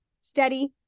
steady